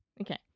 Okay